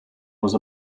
was